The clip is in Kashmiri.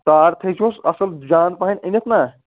تار تھٲوِزہوٚس اصٕل جان پہَم أنِتھ نا